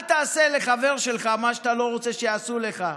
אל תעשה לחבר שלך מה שאתה לא רוצה שיעשו לך.